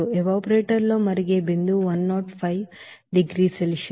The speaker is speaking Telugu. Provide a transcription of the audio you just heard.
ఎవాపరేటర్ లో బొయిలింగ్ పాయింట్ 105 డిగ్రీల సెల్సియస్